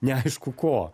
neaišku ko